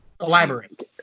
Elaborate